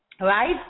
right